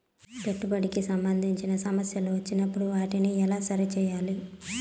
పెట్టుబడికి సంబంధించిన సమస్యలు వచ్చినప్పుడు వాటిని ఎలా సరి చేయాలి?